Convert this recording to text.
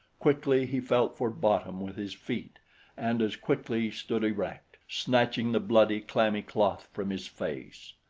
quickly he felt for bottom with his feet and as quickly stood erect, snatching the bloody, clammy cloth from his face.